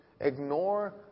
ignore